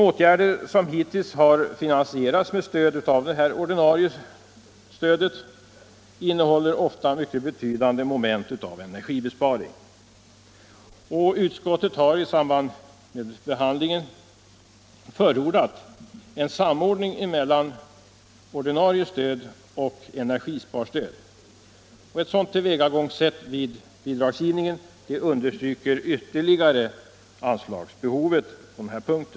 Åtgärder som hittills finansierats med hjälp av det ordinarie stödet innehåller ofta mycket betydande moment av energibesparing. Utskottet har i samband med behandlingen förordat en samordning mellan ordinarie stöd och energisparstöd, något som ytterligare understryker anslagsbehovet på denna punkt.